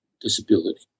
disability